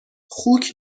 خوک